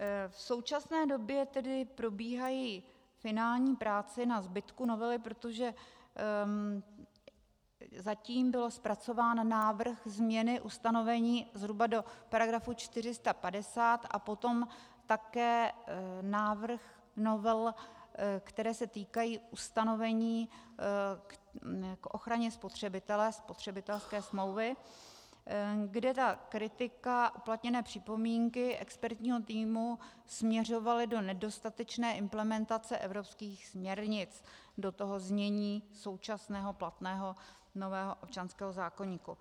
V současné době tedy probíhají finální práce na zbytku novely, protože zatím byl zpracován návrh změny ustanovení zhruba do § 450 a potom také návrh novel, které se týkají ustanovení k ochraně spotřebitele, spotřebitelské smlouvy, kde ta kritika, uplatněné připomínky expertního týmu směřovaly do nedostatečné implementace evropských směrnic do toho znění současného platného nového občanského zákoníku.